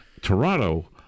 Toronto